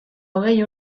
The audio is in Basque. hogei